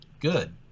good